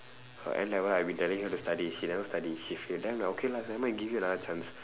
her N level I been telling her to study she never study she fail then I'm like okay lah never mind give you another chance